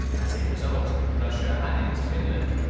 as a result, russia annexed finland,